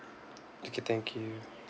okay thank you